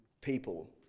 people